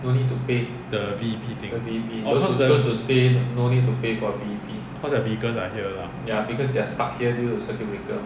the V_E_P thing cause cause their vehicles are here lah